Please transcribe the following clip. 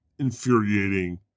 Infuriating